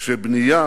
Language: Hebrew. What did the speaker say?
שבנייה